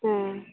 ᱦᱮᱸ